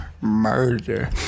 murder